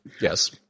Yes